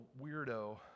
weirdo